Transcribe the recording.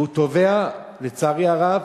והוא טובע, לצערי הרב,